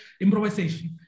improvisation